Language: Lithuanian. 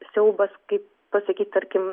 siaubas kaip pasakyt tarkim